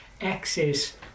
access